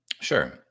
Sure